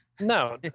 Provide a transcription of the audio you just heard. No